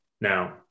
Now